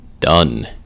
done